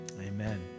Amen